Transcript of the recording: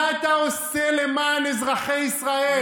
מה אתה עושה למען אזרחי ישראל?